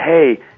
hey